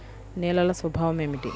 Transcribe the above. నేలల స్వభావం ఏమిటీ?